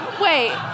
Wait